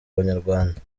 abanyarwanda